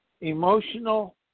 emotional